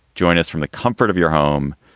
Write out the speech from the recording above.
join us from the comfort of your home.